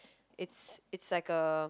it's it's like a